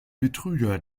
betrüger